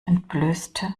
entblößte